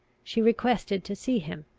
she requested to see him.